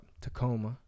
tacoma